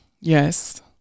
Yes